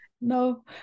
no